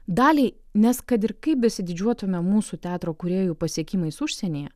daliai nes kad ir kaip besididžiuotumėme mūsų teatro kūrėjų pasiekimais užsienyje